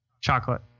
Chocolate